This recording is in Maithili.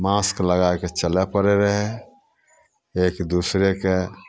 मास्क लगा कऽ चलय पड़ैत रहै एक दूसरेके